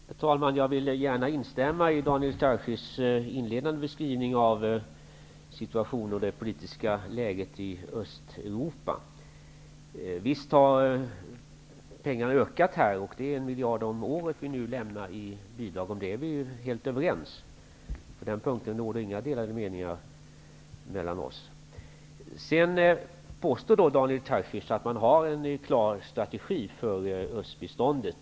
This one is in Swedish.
Herr talman! Jag vill gärna instämma i Daniel Tarschys inledande beskrivning av situationen och det politiska läget i Östeuropa. Visst har biståndet dit ökat. Det är 1 miljard om året som vi nu lämnar i bidrag. Det är vi helt överens om. På den punkten råder inga delade meningar mellan oss. Sedan påstår Daniel Tarschys att man har en klar strategi för östbiståndet.